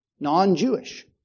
Non-Jewish